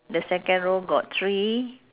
the second row got three